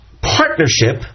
partnership